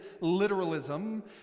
literalism